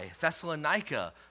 Thessalonica